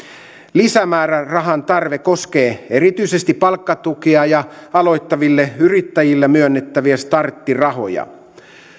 lisämäärärahan tarve koskee erityisesti palkkatukea ja aloittaville yrittäjille myönnettäviä starttirahoja